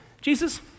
Jesus